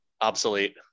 obsolete